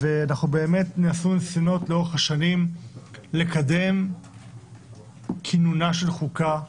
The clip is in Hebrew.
נעשו ניסיונות לאורך השנים לקדם כינונה של חוקה שלמה.